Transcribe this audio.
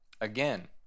Again